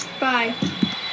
Bye